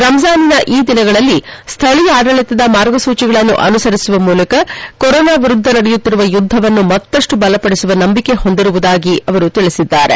ರಂಜಾನಿನ ಈ ದಿನಗಳಲ್ಲಿ ಸ್ಥಳೀಯ ಆದಳಿತದ ಮಾರ್ಗಸೂಚಿಗಳನ್ನು ಅನುಸರಿಸುವ ಮೂಲಕ ಕೊರೋನಾ ವಿರುದ್ದ ನಡೆಯುತ್ತಿರುವ ಯುದ್ದವನ್ನು ಮತ್ತಷ್ಟು ಬಲಪದಿಸುವ ನಂಬಿಕೆ ಹೊಂದಿರುವುದಾಗಿ ಅವರು ತಿಳಿಸಿದ್ದಾರೆ